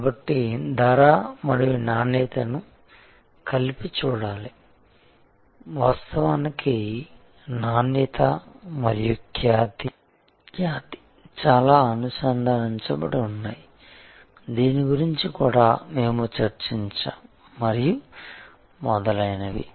కాబట్టి ధర మరియు నాణ్యతను కలిపి చూడాలి వాస్తవానికి నాణ్యత మరియు ఖ్యాతి చాలా అనుసంధానించబడి ఉన్నాయి దీని గురించి కూడా మేము చర్చించాము మరియు మొదలైనవి